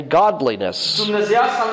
godliness